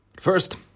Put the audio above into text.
First